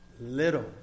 Little